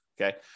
Okay